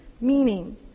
meaning